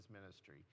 ministry